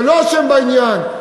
שלא אשם בעניין,